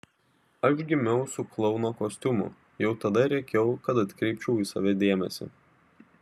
aš gimiau su klouno kostiumu jau tada rėkiau kad atkreipčiau į save dėmesį